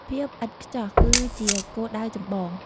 ភាពឥតខ្ចោះគឺជាគោលដៅចម្បង។